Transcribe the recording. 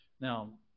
Now